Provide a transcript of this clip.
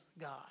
God